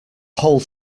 whole